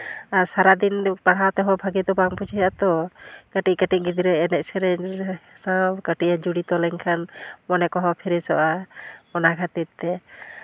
ᱟᱨ ᱥᱟᱨᱟᱫᱤᱱ ᱯᱟᱲᱦᱟᱣ ᱛᱮᱦᱚᱸ ᱵᱷᱟᱹᱜᱤ ᱫᱚ ᱵᱟᱝ ᱵᱩᱡᱷᱟᱹᱜ ᱟᱛᱚ ᱠᱟᱹᱴᱤᱡ ᱠᱟᱹᱴᱤᱡ ᱜᱤᱫᱽᱨᱟᱹ ᱮᱱᱮᱡ ᱥᱮᱨᱮᱧ ᱥᱟᱶ ᱠᱟᱹᱴᱤᱡ ᱮ ᱡᱚᱲᱤᱛᱚ ᱞᱮᱱᱠᱷᱟᱱ ᱢᱚᱱᱮ ᱠᱚᱦᱚᱸ ᱯᱷᱮᱨᱮᱥᱚᱜᱼᱟ ᱚᱱᱟ ᱠᱷᱟᱹᱛᱤᱨ ᱛᱮ